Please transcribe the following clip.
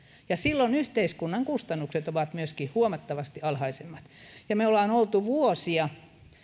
ja silloin yhteiskunnan kustannukset ovat myöskin huomattavasti alhaisemmat me olemme olleet vuosia